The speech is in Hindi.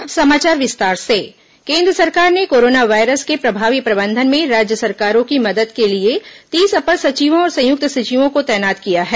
अब समाचार विस्तार से कोरोना वायरस केन्द्र केंद्र सरकार ने कोरोना वायरस के प्रभावी प्रबंधन में राज्य सरकारों की मदद के लिए तीस अपर सचिवों और संयुक्त सचिवों को तैनात किया है